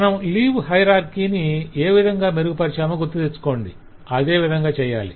మనం leave hierarchy ని ఏవిధంగా మెరుగుపరచామో గుర్తుతెచ్చుకోండి అదే విధంగా చెయ్యాలి